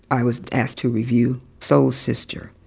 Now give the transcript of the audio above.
i was asked to review soul sister.